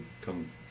come